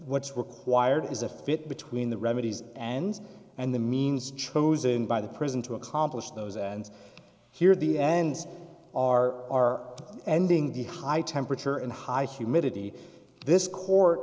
's required is a fit between the remedies ends and the means chosen by the president to accomplish those and here the ends are ending the high temperature and high humidity this court